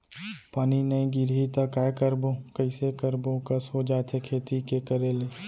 पानी नई गिरही त काय करबो, कइसे करबो कस हो जाथे खेती के करे ले